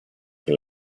che